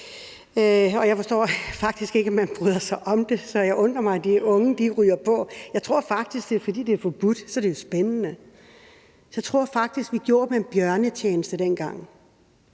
og jeg forstår faktisk ikke, man bryder sig om det, så jeg undrer mig over, at de unge ryger på. Jeg tror faktisk, det er, fordi det er forbudt; så er det jo spændende. For det er jo rigtigt i forhold til de